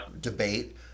debate